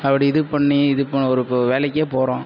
அப்படி இது பண்ணி இது போன ஒரு இப்போது வேலைக்கே போகிறோம்